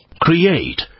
Create